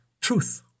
truth